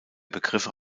begriffe